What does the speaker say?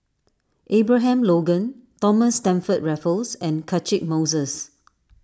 Abraham Logan Thomas Stamford Raffles and Catchick Moses